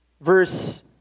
verse